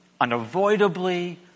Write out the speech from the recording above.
unavoidably